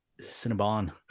Cinnabon